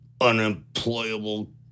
unemployable